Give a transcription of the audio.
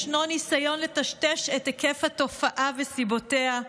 ישנו ניסיון לטשטש את היקף התופעה וסיבותיה.